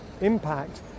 impact